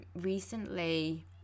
recently